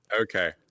Okay